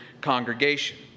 congregation